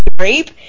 rape